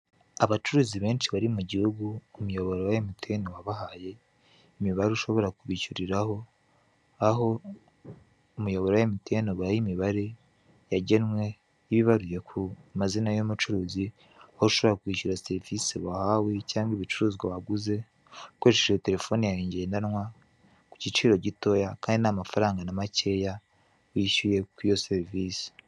Abacuruzi benshi bari mu gihugu ku muyoboro wa Emutiyeni wabahaye imibare ushobora kubishyuriraho aho umuyoboro wa Emutiyeni ubaha imibare yagenwe iba ibaruye ku mazina y'umucuruzi aho ushobora kwishyura serivisi wahawe cyangwa ibicuruzwa waguze ukoresheje terefone yawe ndendanwa ku giciro gitoya kandi nta mafaranga na makeya wishyuye kuri iyo serivisi.